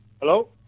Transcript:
hello